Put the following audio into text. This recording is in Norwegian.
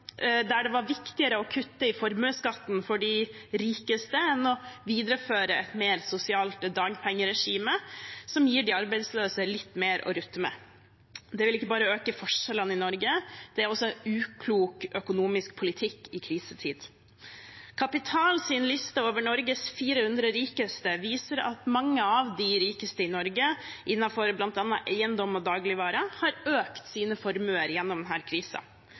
det var viktigere å kutte i formuesskatten for de rikeste enn å videreføre et mer sosialt dagpengeregime som gir de arbeidsløse litt mer å rutte med. Det vil ikke bare øke forskjellene i Norge; det er også uklok økonomisk politikk i en krisetid. Kapitals liste over Norges 400 rikeste viser at mange av dem, innenfor bl.a. eiendom og dagligvarer, har økt sine formuer gjennom